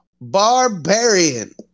Barbarian